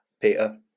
Peter